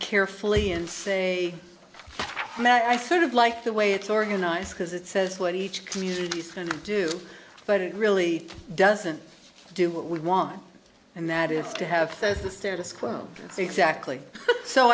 carefully and say i sort of like the way it's organized because it says what each community is going to do but it really doesn't do what we want and that is to have the status quo exactly so